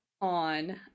on